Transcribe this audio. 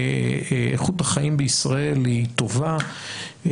איכות החיים בישראל היא טובה,